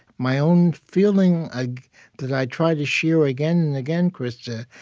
my own feeling like that i try to share again and again, krista,